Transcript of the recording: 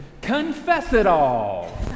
Confess-It-All